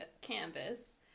canvas